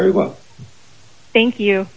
very well thank you